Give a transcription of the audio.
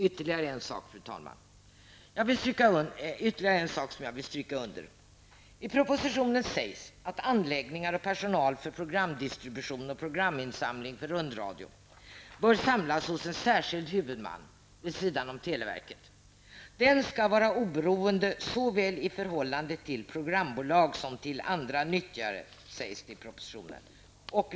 Jag vill, fru talman, stryka under ytterligare en sak. I propositionen sägs att anläggningar och personal för programdistribution och programinsamling för rundradio bör samlas hos en särskild huvudman vid sidan av televerket. Den skall vara oberoende såväl i förhållande till programbolag som i förhållande till andra nyttjare, sägs det i propositionen.